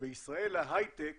שבישראל ההייטק